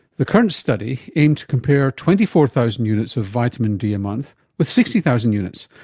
the current study aimed to compare twenty four thousand units of vitamin d a month with sixty thousand units,